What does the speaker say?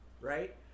right